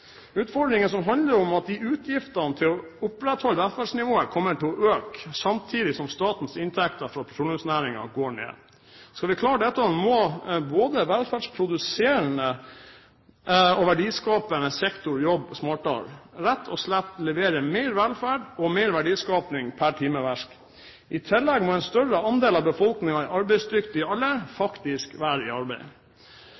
utfordringer som handler om at utgiftene til å opprettholde velferdsnivået kommer til å øke, samtidig som statens inntekter fra petroleumsnæringen går ned. Skal vi klare dette, må både velferdsproduserende og verdiskapende sektor jobbe smartere – rett og slett levere mer velferd og verdiskaping per timeverk. I tillegg må en større andel av befolkningen i arbeidsdyktig alder faktisk være i